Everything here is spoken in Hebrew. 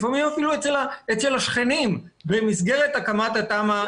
לפעמים אפילו אצל השכנים במסגרת הקמת התמ"א 38?